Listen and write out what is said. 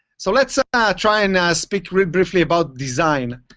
so let's ah try and speak briefly about design.